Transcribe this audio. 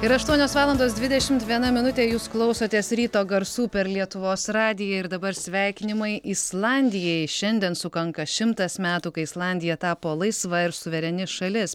yra aštuonios valandos dvidešimt viena minutė jūs klausotės ryto garsų per lietuvos radiją ir dabar sveikinimai islandijai šiandien sukanka šimtas metų kai islandija tapo laisva ir suvereni šalis